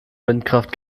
windkraft